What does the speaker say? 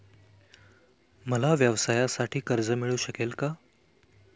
मला व्यवसायासाठी कर्ज मिळू शकेल का?